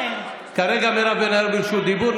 כרגע מירב בן ארי ברשות דיבור.